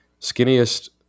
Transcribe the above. skinniest